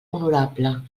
honorable